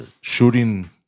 shooting